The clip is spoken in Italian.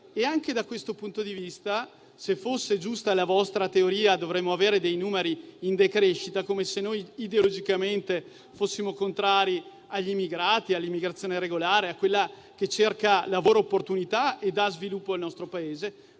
Anche da questo punto di vista, se fosse giusta la vostra teoria, dovremmo avere dei numeri in decrescita, come se noi fossimo ideologicamente contrari agli immigrati, all'immigrazione regolare, con cui si cercano lavoro e opportunità e si dà sviluppo al nostro Paese.